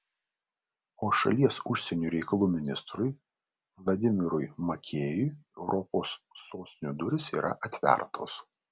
o šalies užsienio reikalų ministrui vladimirui makėjui europos sostinių durys yra atvertos